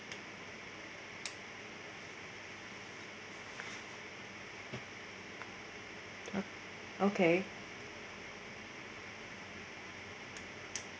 o~ okay